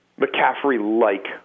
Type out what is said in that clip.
McCaffrey-like